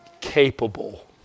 capable